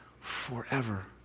forever